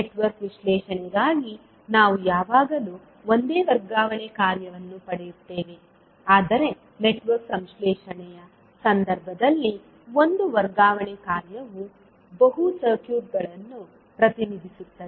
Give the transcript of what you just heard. network ವಿಶ್ಲೇಷಣೆಗಾಗಿ ನಾವು ಯಾವಾಗಲೂ ಒಂದೇ ವರ್ಗಾವಣೆ ಕಾರ್ಯವನ್ನು ಪಡೆಯುತ್ತೇವೆ ಆದರೆ ನೆಟ್ವರ್ಕ್ ಸಂಶ್ಲೇಷಣೆಯ ಸಂದರ್ಭದಲ್ಲಿ ಒಂದು ವರ್ಗಾವಣೆ ಕಾರ್ಯವು ಬಹು ಸರ್ಕ್ಯೂಟ್ಗಳನ್ನು ಪ್ರತಿನಿಧಿಸುತ್ತದೆ